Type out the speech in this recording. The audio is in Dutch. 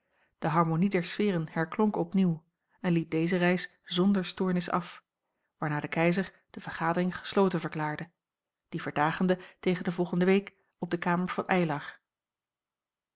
de harmonie der sfeeren herklonk opnieuw en liep deze reis zonder stoornis af waarna de keizer de vergadering gesloten verklaarde die verdagende tegen de volgende week op de kamer van